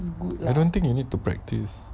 I don't think you need to practise